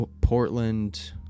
Portland